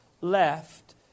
left